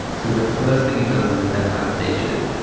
so the first thing it does is event validation,